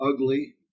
ugly